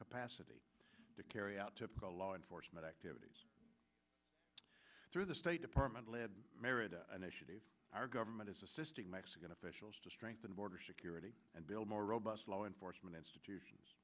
capacity to carry out to the law enforcement activities through the state department lead america initiative our government is assisting mexican officials to strengthen border security and build more robust law enforcement institutions